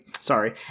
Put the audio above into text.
sorry